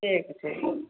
ठीक है ठीक